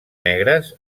negres